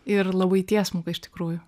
ir labai tiesmuka iš tikrųjų